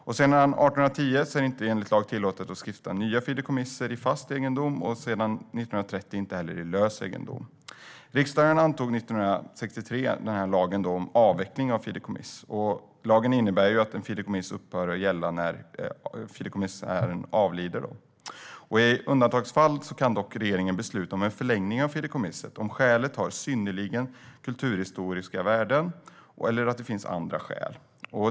Sedan 1810 är det inte enligt lag tillåtet att stifta nya fideikommiss i fast egendom, och sedan 1930 inte heller i lös egendom. Riksdagen antog 1963 lagen om avveckling av fideikommiss. Lagen innebär att ett fideikommiss upphör att gälla när fideikommissionären avlider. I undantagsfall kan dock regeringen besluta om en förlängning av fideikommisset. Skälet kan vara synnerligen kulturhistoriska värden eller det kan finnas andra skäl.